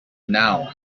now